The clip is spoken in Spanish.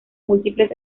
múltiples